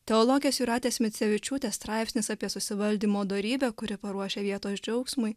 teologės jūratės micevičiūtės straipsnis apie susivaldymo dorybę kuri paruošia vietos džiaugsmui